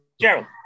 Gerald